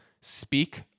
speak